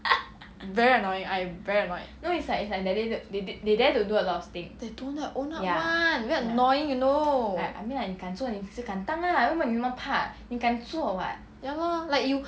very annoying I very annoyed they don't dare to own up [what] they very annoying you know ya lor like you